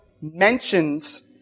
mentions